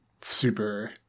super